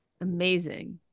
Amazing